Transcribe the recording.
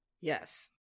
Yes